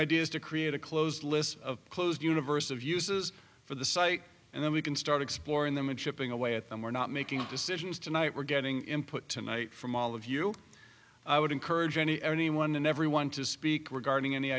ideas to create a close list of closed universe of uses for the site and then we can start exploring them in chipping away at them we're not making decisions tonight we're getting input tonight from all of you i would encourage any anyone and everyone to speak regarding any